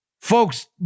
Folks